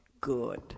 good